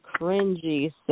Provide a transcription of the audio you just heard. cringy